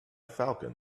falcon